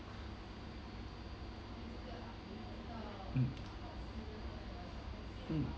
mm mm